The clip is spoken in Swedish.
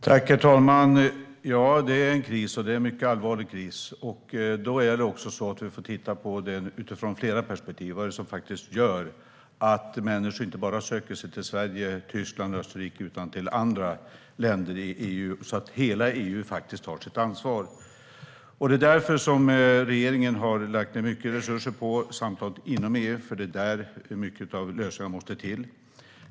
Herr talman! Ja, det är en kris, en mycket allvarlig kris. Vi får titta på den utifrån flera perspektiv för att se vad det är som gör att människor söker sig inte bara till Sverige, Tyskland och Österrike utan till andra länder i EU så att hela EU faktiskt tar sitt ansvar. Det är därför som regeringen har lagt mycket resurser på samtalet inom EU. Det är där många av lösningarna måste till.